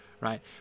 right